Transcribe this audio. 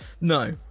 No